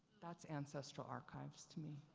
that's ancestral archives to me.